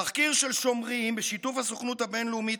תחקיר של "שומרים" בשיתוף הסוכנות הבין-לאומית